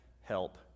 help